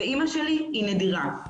ואימא שלי היא נדירה.